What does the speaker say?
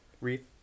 wreath